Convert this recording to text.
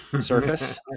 surface